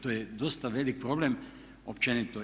To je dosta velik problem općenito.